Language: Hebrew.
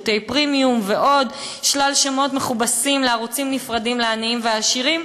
שירותי פרימיום ועוד שלל שמות מכובסים לערוצים נפרדים לעניים ועשירים.